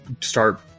start